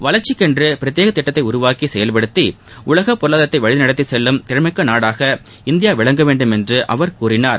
வளர்ச்சிக்கென்று பிரத்யேக திட்டத்தை உருவாக்கி செயல்படுத்தி உலக பொருளாதாரத்தை வழிநடத்தி செல்லும் திறன்மிக்க நாடாக இந்தியா விளங்கவேண்டும் என்று அவர் கூறினார்